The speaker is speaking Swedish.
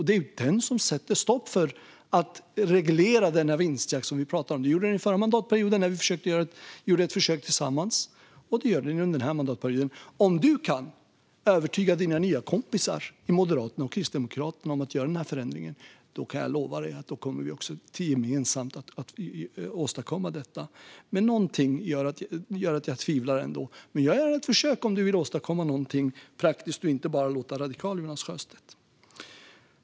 Det är den som sätter stopp för en reglering av vinstjakten, som vi talade om. Det gjorde den förra mandatperioden, när vi gjorde ett försök tillsammans, och det gör den under denna mandatperiod. Om du kan övertyga dina nya kompisar i Moderaterna och Kristdemokraterna om att göra denna förändring kan jag lova dig att vi gemensamt kommer att åstadkomma detta. Någonting gör dock att jag ändå tvivlar. Men jag gör ett försök om du vill åstadkomma något praktiskt och inte bara låta radikal, Jonas Sjöstedt.